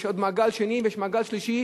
יש עוד מעגל שני ומעגל שלישי.